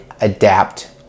adapt